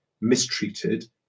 mistreated